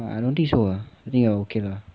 I don't think so ah I think ya okay lah